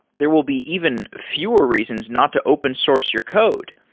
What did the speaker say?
there will be even fewer reasons not to open source your code.